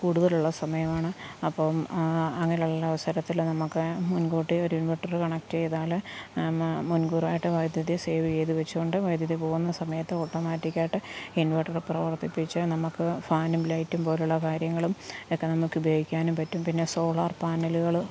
കൂടുതലുള്ള സമയമാണ് അപ്പം അങ്ങനെയുള്ള അവസരത്തിൽ നമുക്ക് മുൻകൂട്ടി ഒര് ഇൻവെർട്ടർ കണക്ട് ചെയ്താല് മുൻകൂറായിട്ട് വൈദ്യുതി സേവ് ചെയ്തു വച്ചു കൊണ്ട് വൈദ്യുതി പോകുന്ന സമയത്ത് ഓട്ടോമാറ്റിക്കായിട്ട് ഇൻവെർട്ടർ പ്രവർത്തിപ്പിച്ച് നമുക്ക് ഫാനും ലൈറ്റും പോലുള്ള കാര്യങ്ങളും ഒക്കെ നമുക്ക് ഉപയോഗിക്കാനും പറ്റും പിന്നെ സോളാർ പാനലുകള്